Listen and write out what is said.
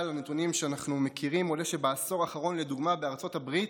מהנתונים שאנחנו מכירים עולה שבעשור האחרון בארצות הברית,